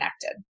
connected